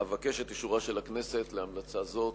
אבקש את אישורה של הכנסת להמלצה זו.